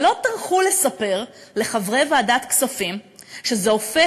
שלא טרחו לספר לחברי ועדת הכספים שזה הופך